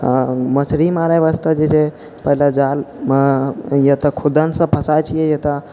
आओर मछरी मारै वास्ते जे छै पहिले जालमे या तऽ खुदनसँ फसाइ छिए या तऽ